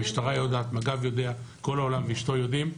המשטרה יודעת, מג"ב יודע, כל העולם ואשתו יודעים.